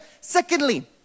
Secondly